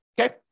okay